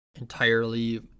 entirely